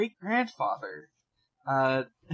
great-grandfather